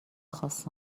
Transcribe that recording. خاص